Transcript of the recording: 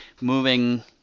moving